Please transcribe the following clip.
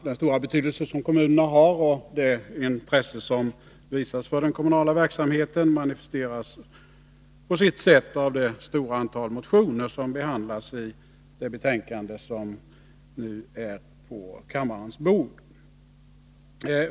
Den stora betydelse som kommunerna har och det intresse som visats för den kommunala verksamheten manifesteras på sitt sätt av det stora antal motioner som tas upp i det betänkande som kammaren nu behandlar.